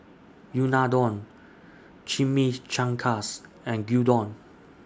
Unadon Chimichangas and Gyudon